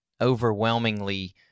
overwhelmingly